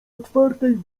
otwartej